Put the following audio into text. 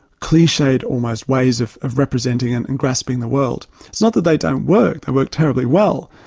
cliched almost ways of of representing and and grasping the world. it's not that they don't work, they work terribly well,